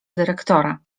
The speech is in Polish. dyrektora